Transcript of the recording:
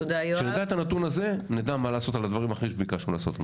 כשנדע את הנתון הזה נדע מה לעשות עם דברים אחרים שביקשנו לעשות.